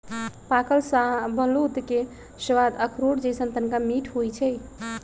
पाकल शाहबलूत के सवाद अखरोट जइसन्न तनका मीठ होइ छइ